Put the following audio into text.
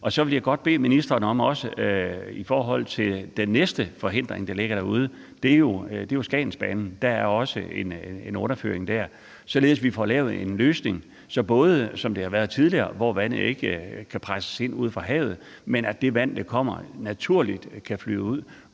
Jeg vil også godt bede ministeren om at forholde sig til den næste forhindring, der ligger derude, nemlig Skagensvejen. Der er også en underføring der. Vi skal have fundet en løsning, så det bliver, som det har været tidligere, hvor vandet ikke kan presses ind ude fra havet, men så det vand, der kommer, naturligt kan flyde ud,